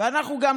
אז זאת המצווה,